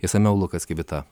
išsamiau lukas kibita